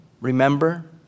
remember